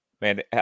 Man